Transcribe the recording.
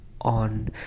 on